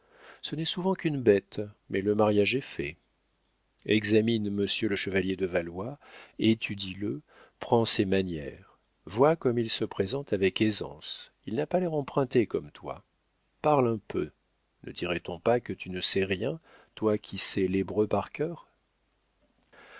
ce n'est souvent qu'une bête mais le mariage est fait examine monsieur le chevalier de valois étudie le prends ses manières vois comme il se présente avec aisance il n'a pas l'air emprunté comme toi parle un peu ne dirait-on pas que tu ne sais rien toi qui sais l'hébreu par cœur